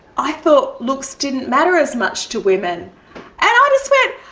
i thought looks didn't matter as much to women and i just went,